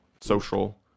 social